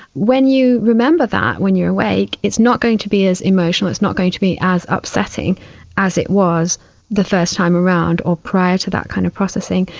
when you remember that when you are awake it's not going to be as emotional, it is not going to be as upsetting as it was the first time around or prior to that kind of processing.